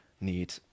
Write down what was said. need